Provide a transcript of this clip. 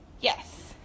yes